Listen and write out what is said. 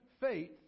faith